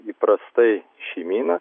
įprastai šeimyna